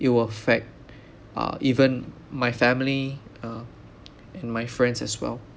it will affect uh even my family uh and my friends as well